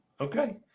Okay